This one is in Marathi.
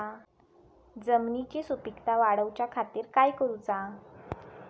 जमिनीची सुपीकता वाढवच्या खातीर काय करूचा?